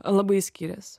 labai skirias